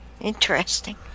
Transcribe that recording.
Interesting